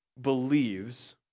believes